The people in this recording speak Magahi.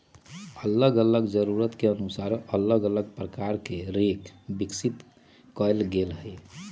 अल्लग अल्लग जरूरत के अनुसार अल्लग अल्लग प्रकार के हे रेक विकसित कएल गेल हइ